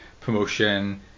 promotion